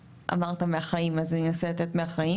אמרת מהחיים אז אני אנסה לתת מהחיים,